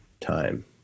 time